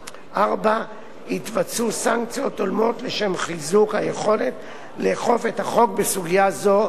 4. יתווספו סנקציות הולמות לשם חיזוק היכולת לאכוף את החוק בסוגיה זו,